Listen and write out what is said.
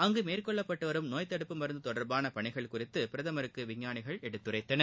அங்கு மேற்கொள்ளப்பட்டு வரும் நோயத் தடுப்பு மருந்து தொடர்பான பணிகள் குறித்து பிரதமருக்கு விஞ்ஞானிகள் எடுத்துரைத்தனர்